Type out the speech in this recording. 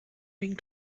wegen